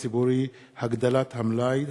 איסור הצמדת דברי פרסומת לרכב),